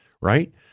right